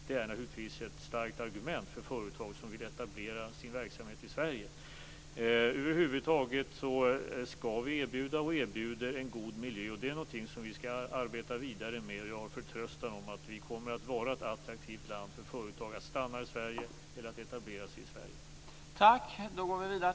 Det är naturligtvis ett starkt argument för företag som vill etablera sin verksamhet i Sverige. Över huvud taget skall vi erbjuda och erbjuder en god miljö, och det är någonting som vi skall arbeta vidare med. Jag har förtröstan om att vi kommer att vara ett attraktivt land för att företag skall stanna i Sverige eller etablera sig i Sverige.